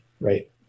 right